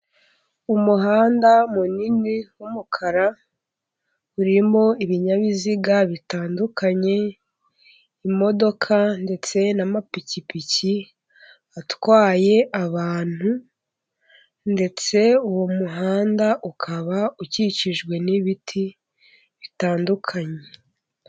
Umuhanda munini w'umukara urimo ibinyabiziga bitandukanye, imodoka ndetse n'amapikipiki atwaye abantu, ndetse uwo muhanda ukaba ukikijwe n'ibiti bitandukanye.